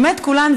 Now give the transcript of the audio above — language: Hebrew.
באמת כולן,